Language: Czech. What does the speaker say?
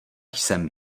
jsem